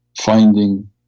finding